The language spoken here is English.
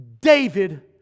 David